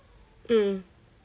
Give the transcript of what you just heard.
um